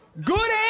Good